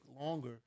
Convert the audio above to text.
longer